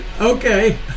Okay